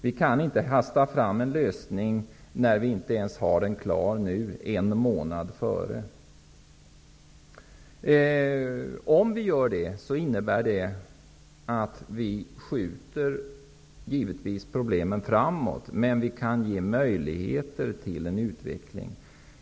Man kan inte hasta fram en lösning när den inte ens är klar en månad före lagens ikraftträdande. Om vi skulle göra det innebär det att vi givetvis skjuter problemen framåt, men vi kan ge möjligheter till en utveckling.